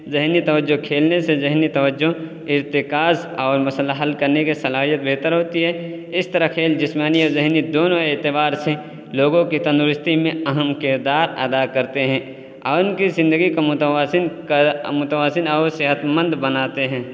ذہنی توجہ کھیلنے سے ذہنی توجہ ارتکاز اور مسئلہ حل کرنے کے صلاحیت بہتر ہوتی ہے اس طرح کھیل جسمانی یا ذہنی دونوں اعتبار سے لوگوں کی تندرستی میں اہم کردار ادا کرتے ہیں اور ان کی زندگی کو متوازن متوازن اور صحتمند بناتے ہیں